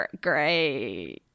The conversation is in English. great